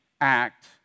act